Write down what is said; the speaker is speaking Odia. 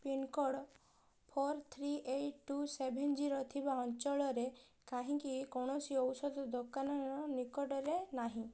pincode four three eight two seven zero ଥିବା ଅଞ୍ଚଳରେ କାହିଁକି କୌଣସି ଔଷଧ ଦୋକାନ ନିକଟରେ ନାହିଁ